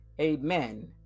Amen